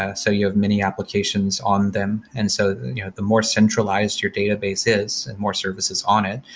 ah so you have many applications on them. and so you know the more centralized your database is, and more services on it.